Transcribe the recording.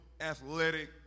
athletic